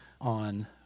on